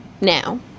Now